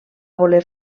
voler